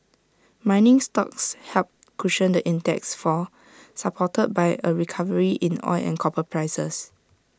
mining stocks helped cushion the index's fall supported by A recovery in oil and copper prices